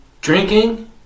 drinking